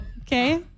okay